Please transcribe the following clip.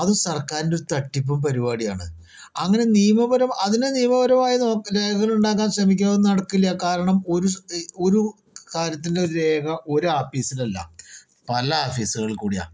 അത് സർക്കാരിൻ്റെ തട്ടിപ്പു പരിപാടിയാണ് അങ്ങനെ നിയമപര അതിനു നിയമപരമായ രേഖകൾ ഉണ്ടാക്കാൻ ശ്രമിക്കുന്നത് നടക്കില്ല കാരണം ഒരു കാര്യത്തിൻ്റെ രേഖ ഒരു ആപ്പീസിലല്ല പല ആപ്പീസുകൾ കൂടിയാ